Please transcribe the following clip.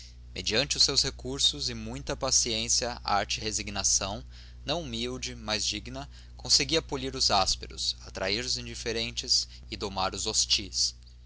mediante os seus recursos e muita paciência arte e resignação não humilde mas digna conseguia polir os ásperos atrair os indiferentes e domar os hostis